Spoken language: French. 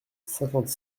cinquante